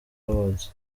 awards